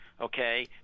Okay